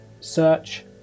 search